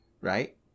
right